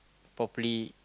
properly